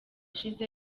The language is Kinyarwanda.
ishize